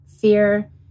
fear